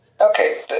Okay